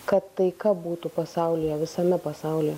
kad taika būtų pasaulyje visame pasaulyje